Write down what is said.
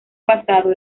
pasado